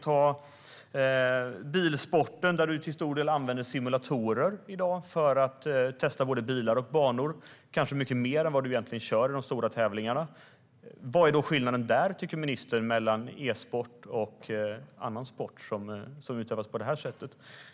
I bilsport använder du till stor del simulatorer för att testa bilar och banor, kanske mycket mer än vad du faktiskt kör vid de stora tävlingarna. Vad är då skillnaden, anser ministern, mellan e-sport och annan sport som utövas på det sättet?